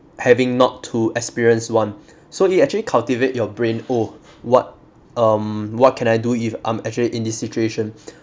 having not to experience one so it actually cultivate your brain oh what um what can I do if I'm actually in this situation